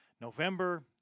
November